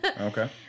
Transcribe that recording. Okay